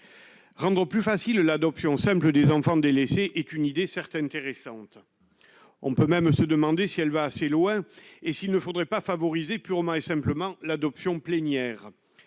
rendre plus facile l'adoption simple des enfants délaissés, est une idée certes intéressantes, on peut même se demander si elle va assez loin et s'il ne faudrait pas favoriser purement et simplement l'adoption plénière,